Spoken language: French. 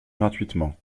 gratuitement